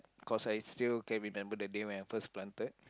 cause I still can remember the day when I first planted